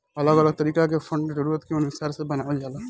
अलग अलग तरीका के फंड जरूरत के अनुसार से बनावल जाला